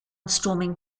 storming